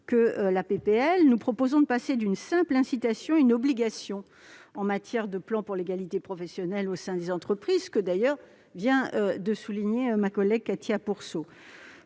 de loi, nous proposons de passer d'une simple incitation à une obligation en matière de plan pour l'égalité professionnelle au sein des entreprises, comme vient de le souligner ma collègue Cathy Apourceau-Poly.